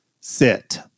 Sit